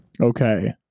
Okay